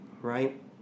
right